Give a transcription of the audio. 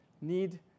need